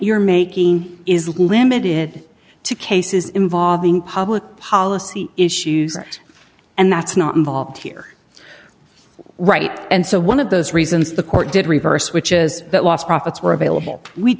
you're making is limited to cases involving public policy issues and that's not involved here we're right and so one of those reason the court did reverse switches that lost profits were available we